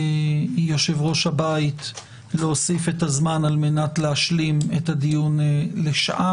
מיושב-ראש הבית להוסיף את הזמן על מנת להשלים את הדיון לשעה,